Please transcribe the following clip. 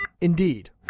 Indeed